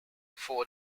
for